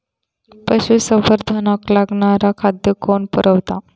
पशुसंवर्धनाक लागणारा खादय कोण पुरयता?